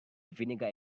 vinegar